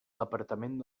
departament